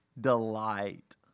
delight